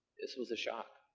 this was a shock.